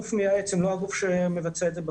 לא הגוף שמבצע את זה בפועל.